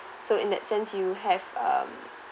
so in that sense you have um